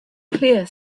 clear